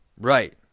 right